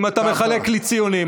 אם אתה מחלק לי ציונים.